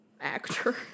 actor